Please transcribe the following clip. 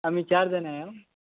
आम्ही चार जण आहे अं